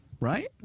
right